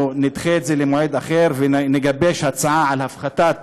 נדחה את זה למועד אחר ונגבש הצעה על הפחתה